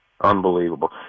Unbelievable